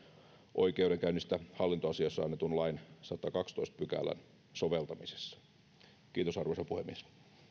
oikeudenkäynnistä hallintoasioissa annetun lain sadannenkahdennentoista pykälän soveltamisessa kiitos arvoisa puhemies